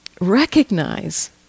recognize